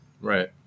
Right